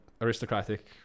aristocratic